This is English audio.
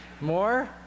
More